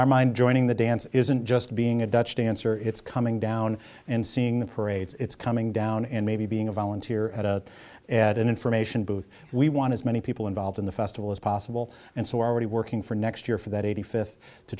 our mind joining the dance isn't just being a dutch dancer it's coming down and seeing the parade it's coming down and maybe being a volunteer at a at an information booth we want as many people involved in the festival as possible and so already working for next year for that eighty fifth to